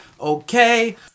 okay